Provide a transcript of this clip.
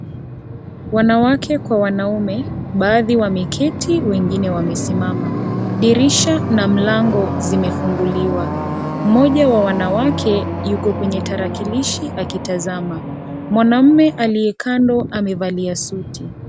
Wanawake kwa wanaume baadhi wameketi wengine wamesimama, dirisha na mlango zimefunguliwa mmoja wa wanawake yuko kwenye tarakilishi akitazama mwanaume aliye kando amevalia suti.